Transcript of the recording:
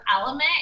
element